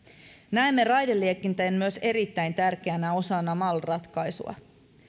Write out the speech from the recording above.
näemme raideliikenteen myös erittäin tärkeänä osana mal ratkaisua